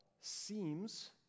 seems